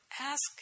ask